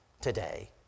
today